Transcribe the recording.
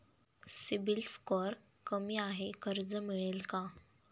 CIBIL score कमी आहे कर्ज मिळेल का?